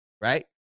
right